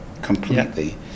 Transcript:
completely